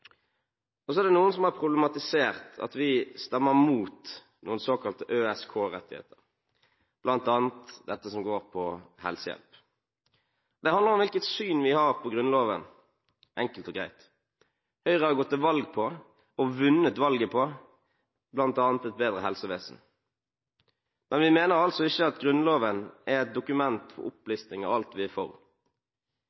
være. Så er det noen som har problematisert at vi stemmer imot noen såkalte ØSK-rettigheter, bl.a. dette som går på helsehjelp. Det handler om hvilket syn vi har på Grunnloven, enkelt og greit. Høyre har gått til valg på – og vunnet valget på – bl.a. et bedre helsevesen, og vi mener altså ikke at Grunnloven er et dokument for